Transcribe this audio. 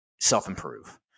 self-improve